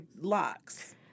locks